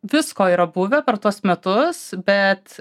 visko yra buvę per tuos metus bet